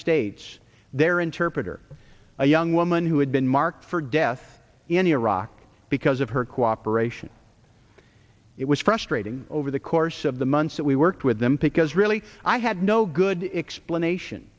states their interpreter a young woman who had been marked for death in iraq because of her cooperation it was frustrating over the course of the months that we worked with them because really i had no good explanation